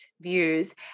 views